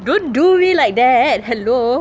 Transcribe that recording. don't do me like that hello